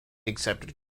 accepted